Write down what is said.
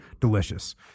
delicious